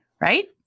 right